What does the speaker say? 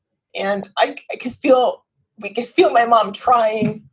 and i can feel we can feel my mom trying.